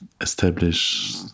establish